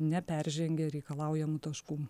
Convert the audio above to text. neperžengia reikalaujamų taškų